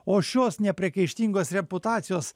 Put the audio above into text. o šios nepriekaištingos reputacijos